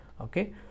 Okay